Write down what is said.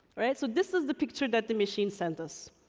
right? so, this is the picture that the machine sent us,